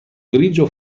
grigio